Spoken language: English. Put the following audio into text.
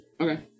Okay